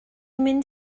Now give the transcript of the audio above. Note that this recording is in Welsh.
mynd